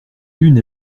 l’une